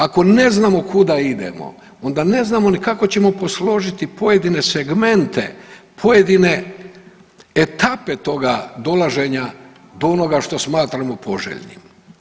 Ako ne znamo kuda idemo onda ne znamo ni kako ćemo posložiti pojedine segmente, pojedine etape toga dolaženja do onoga što smatramo poželjnim.